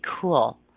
cool